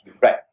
Right